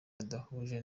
badahuje